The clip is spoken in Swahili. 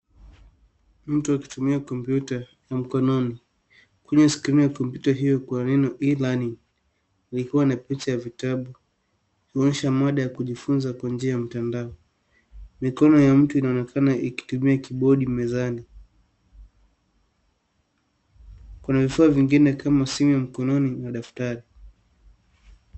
Mtu akitumia kompyuta ya mkononi. Kwenye skrini ya kompyuta hiyo kuna neno E-LEARNING likiwa na picha ya vitabu kuonyesha mada ya kujifunza kwa njia ya mtandao. Mikono ya mtu inaonekana ikitumia kibodi mezani. Kuna vifaa vingine kama simu ya mkononi na daftari.